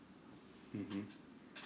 mmhmm